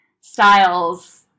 styles